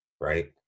Right